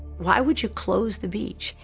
why would you close the beach?